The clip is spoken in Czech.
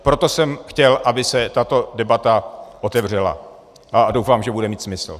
Proto jsem chtěl, aby se tato debata otevřela, a doufám, že bude mít smysl.